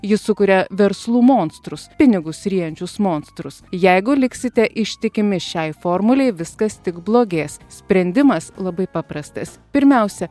ji sukuria verslų monstrus pinigus ryjančius monstrus jeigu liksite ištikimi šiai formulei viskas tik blogės sprendimas labai paprastas pirmiausia